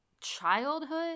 childhood